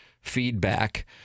feedback